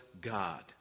God